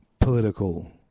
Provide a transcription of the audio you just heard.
political